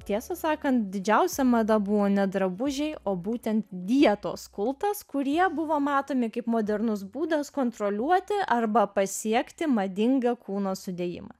tiesą sakant didžiausia mada buvo ne drabužiai o būtent dietos kultas kurie buvo matomi kaip modernus būdas kontroliuoti arba pasiekti madingą kūno sudėjimą